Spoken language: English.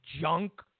junk